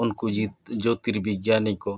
ᱩᱱᱠᱩ ᱡᱤᱛ ᱡᱚᱛᱤᱨᱵᱤᱜᱽᱜᱟᱱᱤ ᱠᱚ